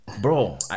bro